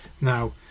Now